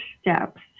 steps